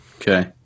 okay